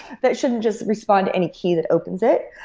that shouldn't just respond to any key that opens it.